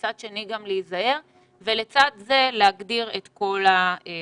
מצד שני להיזהר ולצד זה להגדיר את כל החריגים.